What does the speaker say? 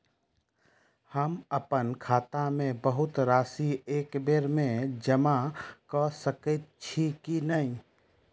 हम अप्पन खाता मे बहुत राशि एकबेर मे जमा कऽ सकैत छी की नै?